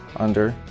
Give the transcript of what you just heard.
under,